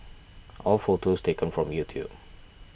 all photos taken from YouTube